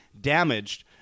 damaged